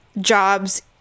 jobs